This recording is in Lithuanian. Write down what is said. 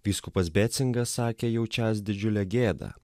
vyskupas bėcingas sakė jaučiąs didžiulę gėdą